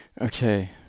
Okay